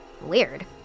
Weird